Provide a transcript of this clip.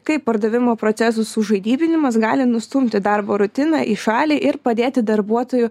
kaip pardavimo procesų sužaidybinimas gali nustumti darbo rutiną į šalį ir padėti darbuotojų